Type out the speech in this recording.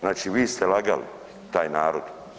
Znači vi ste lagali taj narod.